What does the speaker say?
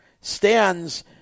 stands